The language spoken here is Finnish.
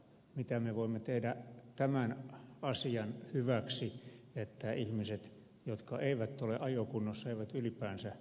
mitä me voimme tehdä tämän asian hyväksi että ihmiset jotka eivät ole ajokunnossa eivät ylipäänsä tarttuisi rattiin